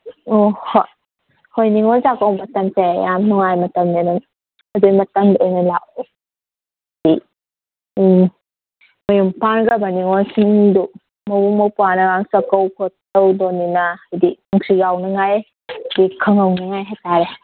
ꯑꯣ ꯍꯣꯏ ꯍꯣꯏ ꯅꯤꯉꯣꯜ ꯆꯥꯛꯀꯧꯕ ꯃꯇꯝꯁꯦ ꯌꯥꯝ ꯅꯨꯡꯉꯥꯏꯕ ꯃꯇꯝꯅꯦ ꯅꯪ ꯑꯗꯨꯏ ꯃꯇꯝꯗ ꯑꯣꯏꯅ ꯂꯥꯛꯑꯣ ꯎꯝ ꯃꯌꯨꯝ ꯄꯥꯟꯈ꯭ꯔꯕ ꯅꯤꯉꯣꯜꯁꯤꯡꯗꯨ ꯃꯕꯨꯡ ꯃꯧꯄꯥꯅ ꯆꯥꯀꯧ ꯈꯣꯠ ꯇꯧꯗꯧꯅꯤꯅ ꯍꯥꯏꯗꯤ ꯅꯪꯁꯨ ꯌꯥꯎꯅꯤꯡꯉꯥꯏ ꯍꯥꯏꯗꯤ ꯈꯪꯍꯧꯅꯤꯡꯉꯥꯏ ꯍꯥꯏꯇꯥꯔꯦ